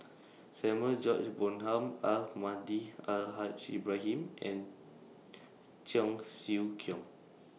Samuel George Bonham Almahdi Al Haj Ibrahim and Cheong Siew Keong